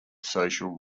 social